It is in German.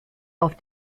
auf